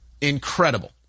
Incredible